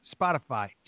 Spotify